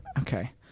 okay